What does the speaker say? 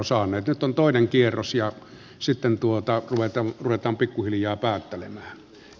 nyt on toinen kierros ja sitten ruvetaan pikkuhiljaa päättelemään